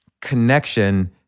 connection